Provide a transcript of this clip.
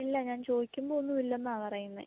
ഇല്ല ഞാൻ ചോദിക്കുമ്പോൾ ഒന്നും ഇല്ല എന്നാ പറയുന്നത്